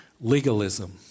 Legalism